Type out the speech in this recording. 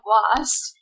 Lost